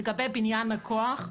לגבי בניין הכוח,